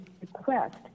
request